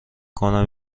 کنم